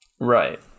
Right